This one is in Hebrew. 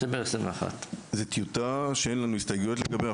דצמבר 2021. זו טיוטה, שאין לנו הסתייגויות לגביה.